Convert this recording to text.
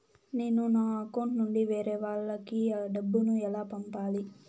నేను నా అకౌంట్ నుండి వేరే వాళ్ళకి డబ్బును ఎలా పంపాలి?